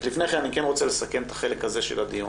לפני כן, אני כן רוצה לסכם את החלק הזה של הדיון.